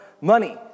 money